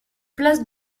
place